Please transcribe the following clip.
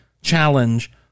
challenge